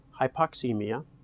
hypoxemia